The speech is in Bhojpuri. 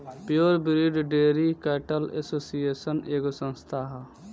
pure breed dairy cattle association एगो संस्था ह